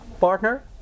partner